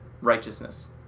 righteousness